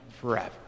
forever